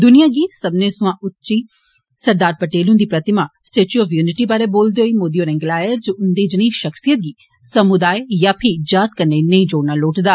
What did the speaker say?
दुनिया दे सब्बनें सोयां उच्ची सरदार पटेल हुन्दी प्रतिमा 'स्टेच्यू ऑफ यूनिटी' बारै बोलदे होई मोदी होरें गलाया जे उन्दी जनेई षख्सियत गी समुदाय यां फीह् जात कन्नै नेई जोड़ना लोड़चदा